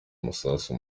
amasasu